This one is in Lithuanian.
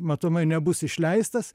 matomai nebus išleistas